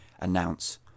announce